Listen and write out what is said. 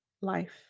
life